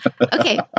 Okay